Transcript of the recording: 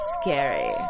scary